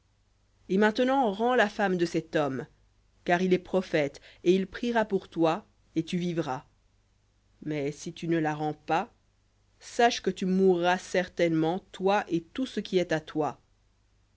et maintenant rends la femme de cet homme car il est prophète et il priera pour toi et tu vivras mais si tu ne la rends pas sache que tu mourras certainement toi et tout ce qui est à toi